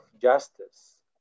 justice